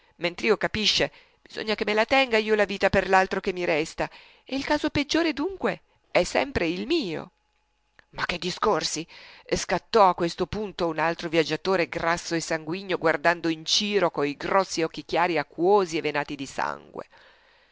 addio mentr'io capisce bisogna che me la tenga io la vita per l'altro che mi resta e il caso peggiore dunque è sempre il mio ma che discorsi scattò a questo punto un altro viaggiatore grasso e sanguigno guardando in giro coi grossi occhi chiari acquosi e venati di sangue